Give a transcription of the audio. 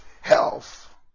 health